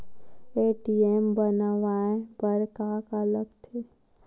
ATM बनवाय बर का का लगथे?